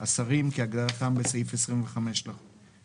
"השרים" כהגדרתם בסעיף 25 לחוק,